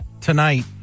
tonight